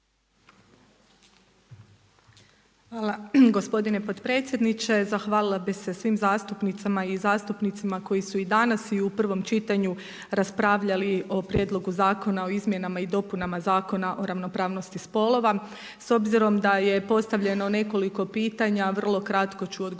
Hvala gospodine potpredsjedniče. Zahvalila bi se svim zastupnicama i zastupnicima koji su i danas i u prvom čitanju raspravljali o Prijedlogu zakona o izmjenama i dopunama Zakona o ravnopravnosti spolova. S obzirom da je postavljeno nekoliko pitanja vrlo kratko ću odgovoriti